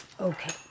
Okay